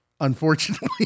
unfortunately